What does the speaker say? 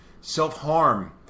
Self-harm